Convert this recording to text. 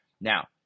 Now